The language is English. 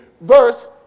verse